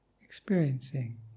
experiencing